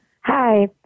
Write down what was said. Hi